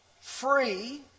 free